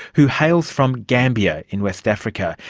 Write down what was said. who hails from gambia in west africa.